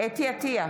חוה אתי עטייה,